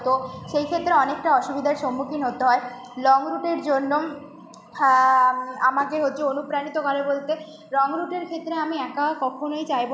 তো সেইক্ষেত্রে অনেকটা অসুবিধার সন্মুখীন হতে হয় লং রুটের জন্য আমাকে হচ্ছে অনুপ্রাণিত করে বলতে রং রুটের ক্ষেত্রে আমি একা কখনোই চাইবো না